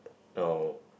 no